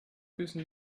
küssen